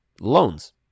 loans